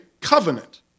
covenant